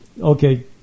Okay